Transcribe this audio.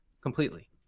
completely